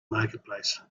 marketplace